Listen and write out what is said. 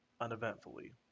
uneventfully